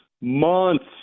Months